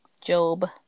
Job